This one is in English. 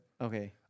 Okay